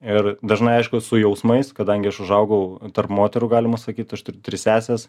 ir dažnai aišku su jausmais kadangi aš užaugau tarp moterų galima sakyt aš turiu tris sesės